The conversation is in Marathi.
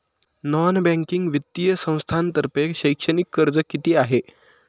नॉन बँकिंग वित्तीय संस्थांतर्फे शैक्षणिक कर्ज किती आहे?